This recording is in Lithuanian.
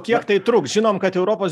kiek tai truks žinom kad europos